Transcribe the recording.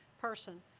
person